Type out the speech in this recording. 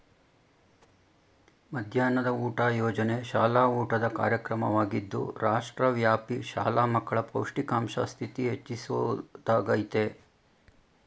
ಮಧ್ಯಾಹ್ನದ ಊಟ ಯೋಜನೆ ಶಾಲಾ ಊಟದ ಕಾರ್ಯಕ್ರಮವಾಗಿದ್ದು ರಾಷ್ಟ್ರವ್ಯಾಪಿ ಶಾಲಾ ಮಕ್ಕಳ ಪೌಷ್ಟಿಕಾಂಶ ಸ್ಥಿತಿ ಹೆಚ್ಚಿಸೊದಾಗಯ್ತೆ